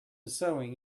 sewing